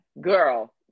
Girl